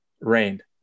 rained